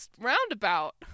roundabout